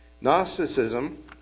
Gnosticism